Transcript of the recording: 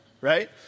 right